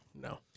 No